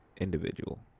individual